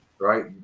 right